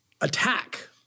attack